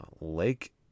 lake